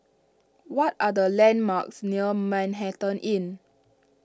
what are the landmarks near Manhattan Inn